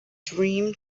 dream